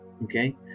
Okay